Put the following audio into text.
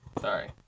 Sorry